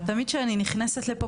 תמיד שאני נכנסת לפה,